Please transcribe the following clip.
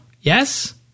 yes